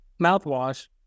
mouthwash